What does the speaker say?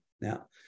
Now